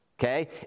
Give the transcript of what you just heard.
okay